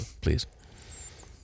please